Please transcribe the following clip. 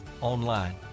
online